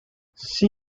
see